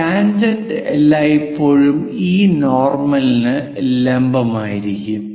tangent എല്ലായ്പ്പോഴും ഈ നോർമലിനു ലംബമായിരിക്കും